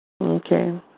Okay